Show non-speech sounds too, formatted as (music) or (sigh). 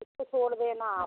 (unintelligible) तो छोड़ देना आप